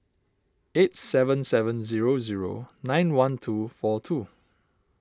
eight seven seven zero zero nine one two four two